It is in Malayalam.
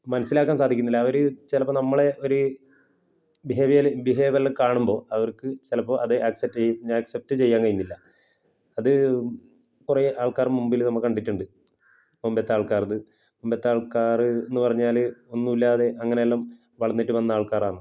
മനസ്സിലാക്കാൻ സാധിക്കുന്നില്ല അവര് ചിലപ്പോള് നമ്മളെ ഒരു ബിഹേവിയല് ബിഹേവിയറെല്ലാം കാണുമ്പോള് അവർക്ക് ചിലപ്പോള് അത് അക്സെപ്റ്റ് ചെയ്യും അക്സെപ്റ്റ് ചെയ്യാൻ കഴിയുന്നില്ല അത് കുറേ ആൾക്കാർ മുമ്പില് നമ്മള് കണ്ടിട്ടുണ്ട് മുമ്പത്തെ ആൾക്കാരുടേത് മുമ്പത്തെ ആള്ക്കാര് എന്നു പറഞ്ഞാല് ഒന്നുമില്ലാതെ അങ്ങനെ എല്ലാം വളർന്നിട്ട് വന്ന ആള്ക്കാരാണ്